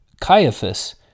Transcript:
Caiaphas